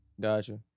Gotcha